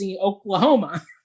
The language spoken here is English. Oklahoma